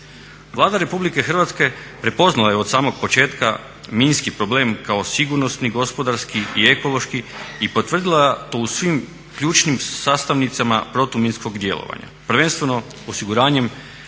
Vlada Republike Hrvatske prepoznala je od samog početka minski problem kao sigurnosni, gospodarski i ekološki i potvrdila to u svim ključnim sastavnicama protuminskog djelovanja,